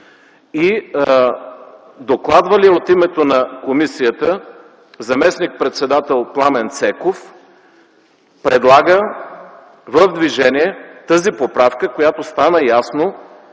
И докладвалият от името на комисията заместник-председател Пламен Цеков предлага в движение тази поправка, която стана ясно,